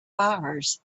fires